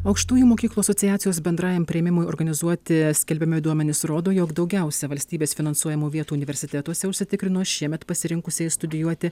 aukštųjų mokyklų asociacijos bendrajam priėmimui organizuoti skelbiami duomenys rodo jog daugiausiai valstybės finansuojamų vietų universitetuose užsitikrino šiemet pasirinkusieji studijuoti